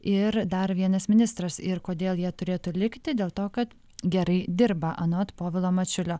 ir dar vienas ministras ir kodėl jie turėtų likti dėl to kad gerai dirba anot povilo mačiulio